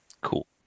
Cool